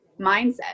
mindset